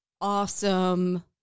Awesome